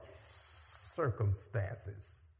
circumstances